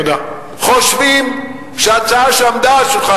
רוב פקידי האוצר חושבים שההצעה שעמדה על שולחן